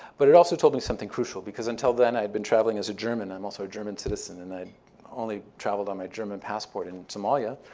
but it also told me something crucial because until then i'd been traveling as a german. i'm also a german citizen, and i'd only traveled on my german passport in somalia.